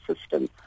system